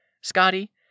Scotty